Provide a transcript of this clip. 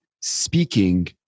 speaking